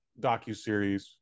docuseries